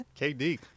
KD